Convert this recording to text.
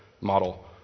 model